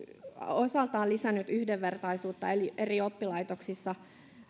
lisännyt yhdenvertaisuutta eri eri oppilaitoksissa